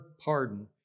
pardon